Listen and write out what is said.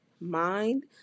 mind